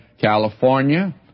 California